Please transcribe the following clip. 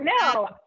no